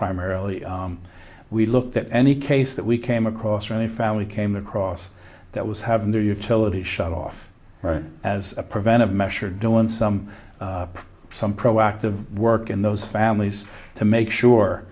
primarily we looked at any case that we came across or any family came across that was having their utilities shut off as a preventive measure doing some some proactive work in those families to make sure